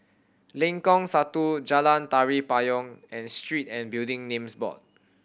Lengkong Satu Jalan Tari Payong and Street and Building Names Board